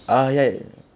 ah okay